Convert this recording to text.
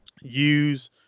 use